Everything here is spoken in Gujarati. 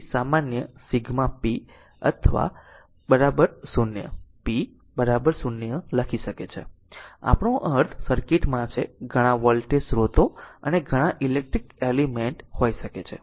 તેથી સામાન્ય સિગ્મા p અથવા 0 p 0 લખી શકે છે આપણો અર્થ સર્કિટમાં છે ઘણા વોલ્ટેજ સ્રોતો અને ઘણા ઈલેક્ટ્રીકલ એલિમેન્ટ હોઈ શકે છે